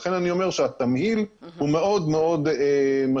לכן אני אומר שהתמהיל הוא מאוד מאוד משמעותי.